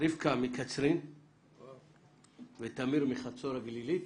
רבקה מקצרין ותמיר מחצור הגלילית.